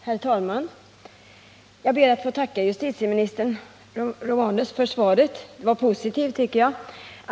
Herr talman! Jag ber att få tacka justitieministern Romanus för svaret, som jag tycker var positivt.